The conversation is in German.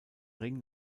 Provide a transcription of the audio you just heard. ring